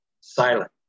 silent